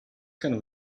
can